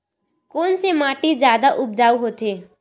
कोन से माटी जादा उपजाऊ होथे?